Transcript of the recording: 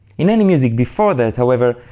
in any music before that, however,